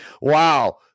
wow